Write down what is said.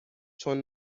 چون